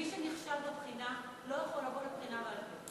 מי שנכשל בבחינה לא יכול לבוא לבחינה בעל-פה.